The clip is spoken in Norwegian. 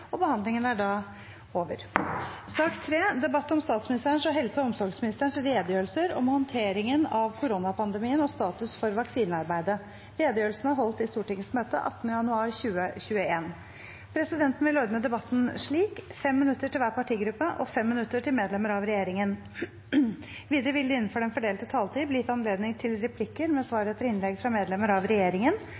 om ordet. Presidenten vil ordne debatten slik: 5 minutter til hver partigruppe og 5 minutter til medlemmer av regjeringen. Videre vil det – innenfor den fordelte taletid – bli gitt anledning til replikker med svar etter innlegg fra medlemmer av regjeringen,